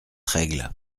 règle